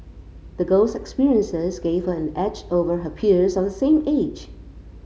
the girl's experiences gave her an edge over her peers of the same age